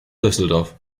düsseldorf